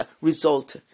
result